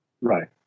Right